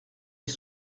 les